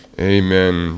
Amen